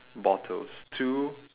bottles two